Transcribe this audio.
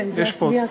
זו השנייה.